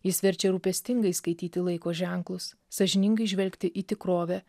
jis verčia rūpestingai skaityti laiko ženklus sąžiningai žvelgti į tikrovę